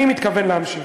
אני מתכוון להמשיך.